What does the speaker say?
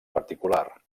particular